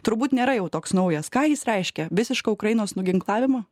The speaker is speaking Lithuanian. turbūt nėra jau toks naujas ką jis reiškia visišką ukrainos nuginklavimą